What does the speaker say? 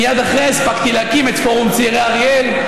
מייד אחריה הספקתי להקים את פורום צעירי אריאל,